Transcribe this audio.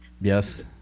Yes